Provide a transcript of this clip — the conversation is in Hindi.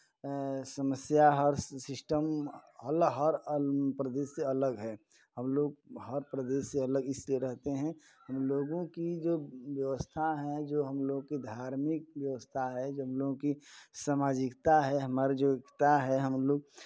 समस्या हर सिस्टम अल हर अल प्रदेश से अलग है हर प्रदेश से अलग इसलिए रहते हैं हम लोगों की जो व्यवस्था हैं जो हम लोगों की धार्मिक व्यवस्था है जो हम लोगों की समाजिकता है हमारे जो एकता है हम लोग